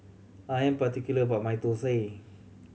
I am particular about my thosai